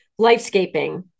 Lifescaping